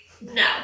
No